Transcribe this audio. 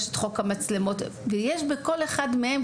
יש את חוק המצלמות ובכל אחד מהם,